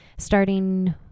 Starting